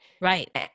Right